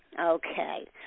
Okay